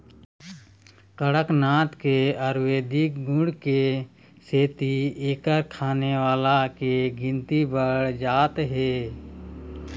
कड़कनाथ के आयुरबेदिक गुन के सेती एखर खाने वाला के गिनती बाढ़त जात हे